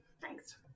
Thanks